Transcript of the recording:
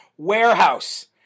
warehouse